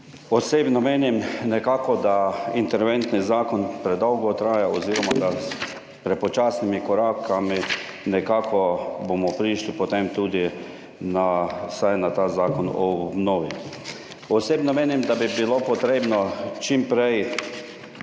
Osebno menim nekako, da interventni zakon predolgo traja oz. da s prepočasnimi koraki nekako bomo prišli potem tudi na, vsaj na ta zakon o obnovi. Osebno menim, da bi bilo potrebno čim prej